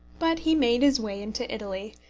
but he made his way into italy,